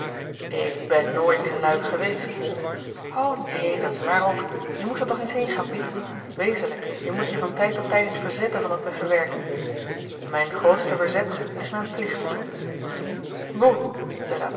ik ben nooit in luik geweest o neen dat is waar ook je moest er toch eens heen gaan piet wezenlijk je moet je van tijd tot tijd eens verzetten van dat muffe werk mijn grootste verzet is mijn plicht te doen